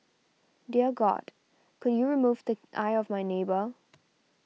dear god could you remove the eye of my neighbour